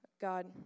God